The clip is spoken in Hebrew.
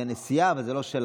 היא הנשיאה, אבל זה לא שלה.